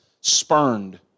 spurned